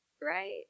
Right